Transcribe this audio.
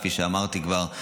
כפי שאמרתי כבר,